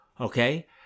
Okay